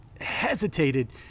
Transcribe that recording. hesitated